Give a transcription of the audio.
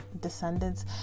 descendants